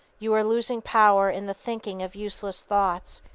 you are losing power in the thinking of useless thoughts.